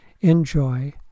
Enjoy